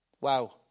Wow